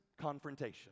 confrontation